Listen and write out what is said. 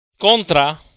contra